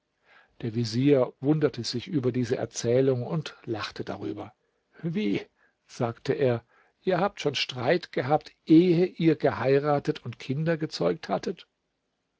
der vezier wunderte sich über diese erzählung und lachte darüber wie sagte er ihr habt schon streit gehabt ehe ihr geheiratet und kinder gezeugt hattet